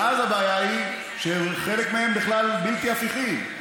ואז הבעיה היא שחלק מהם בכלל בלתי הפיכים.